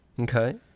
Okay